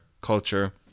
culture